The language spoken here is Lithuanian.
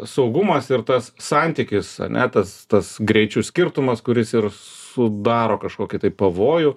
saugumas ir tas santykis ane tas tas greičių skirtumas kuris ir sudaro kažkokį pavojų